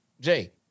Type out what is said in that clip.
Jay